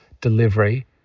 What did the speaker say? delivery